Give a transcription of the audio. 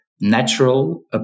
natural